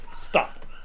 Stop